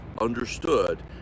understood